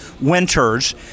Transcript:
Winters